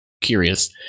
curious